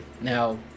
Now